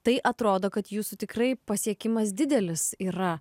tai atrodo kad jūsų tikrai pasiekimas didelis yra